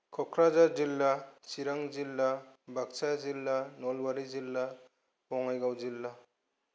क'क्राझार जिल्ला सिरां जिल्ला बाकसा जिल्ला नलबारि जिल्ला बङाइगाव जिल्ला